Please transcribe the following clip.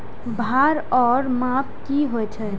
भार ओर माप की होय छै?